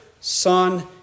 Son